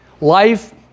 life